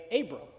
Abram